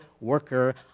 worker